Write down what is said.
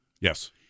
Yes